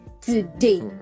today